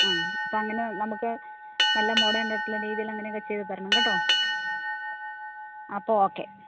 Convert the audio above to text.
ആണോ അപ്പം അങ്ങനെ നമുക്ക് നല്ല മോഡേണായിട്ടുള്ള രീതിയിലങ്ങനെ ഒക്കെ ചെയ്ത് തരണം കേട്ടോ അപ്പം ഓക്കെ